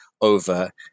over